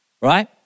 right